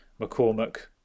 McCormick